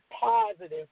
positive